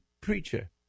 preacher